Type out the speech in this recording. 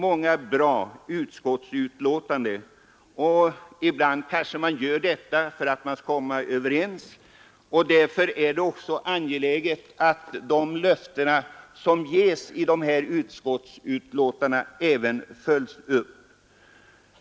Många bra utskottsbetänkanden skrivs för att man skall kunna komma överens i utskottet, men då är det också angeläget att de löften som ges i sådana betänkanden följs upp.